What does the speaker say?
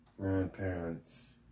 grandparents